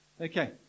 Okay